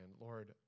Lord